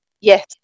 Yes